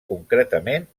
concretament